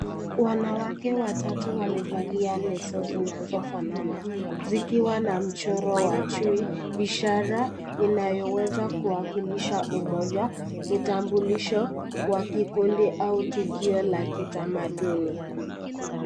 Wanawake watatu wamevalia lezo zinazofanana zikiwa na mchoro wa chui, ishara inayo weza kuwakilisha ummoja, utambulisho wa kikundi au tukio la kitamaduni.